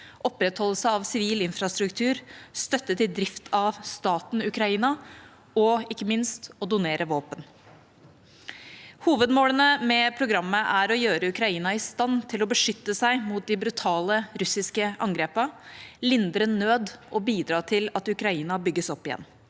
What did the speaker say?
opprettholdelse av sivil infrastruktur, støtte til drift av staten Ukraina og ikke minst til å donere våpen. Hovedmålene med programmet er å gjøre Ukraina i stand til å beskytte seg mot de brutale russiske angrepene, lindre nød og bidra til at Ukraina bygges opp igjen.